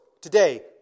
today